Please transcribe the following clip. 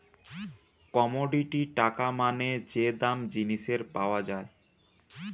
commodity টাকা মানে যে দাম জিনিসের পাওয়া যায়